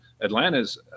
Atlanta's –